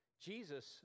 Jesus